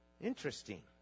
Interesting